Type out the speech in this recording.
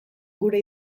gure